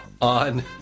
on